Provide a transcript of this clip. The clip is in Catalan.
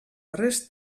darrers